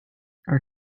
are